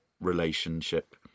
relationship